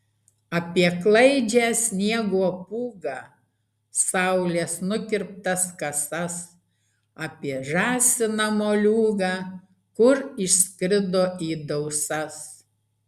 apie klaidžią sniego pūgą saulės nukirptas kasas apie žąsiną moliūgą kur išskrido į dausas